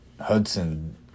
Hudson